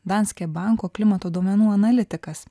danske banko klimato duomenų analitikas